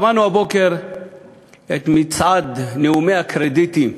שמענו הבוקר את מצעד נאומי הקרדיטים: